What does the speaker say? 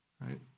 Right